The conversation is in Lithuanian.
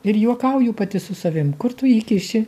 ir juokauju pati su savim kur tu jį kiši